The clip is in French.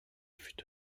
fut